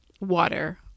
water